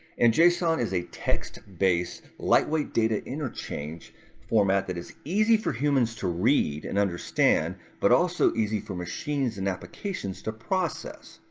and json is a text-based lightweight data interchange format that is easy for humans to read and understand but also easy for machines and applications to process.